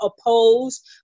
oppose